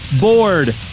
bored